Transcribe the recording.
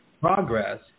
progress